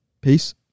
Peace